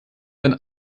sein